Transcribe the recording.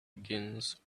begins